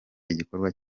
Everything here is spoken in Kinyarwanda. igikorwa